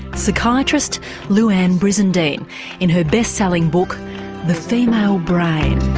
psychiatrist louann brizendine in her bestselling book the female brain.